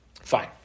Fine